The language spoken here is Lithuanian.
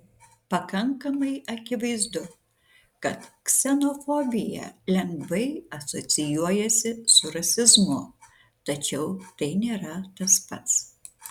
pakankamai akivaizdu kad ksenofobija lengvai asocijuojasi su rasizmu tačiau tai nėra tas pats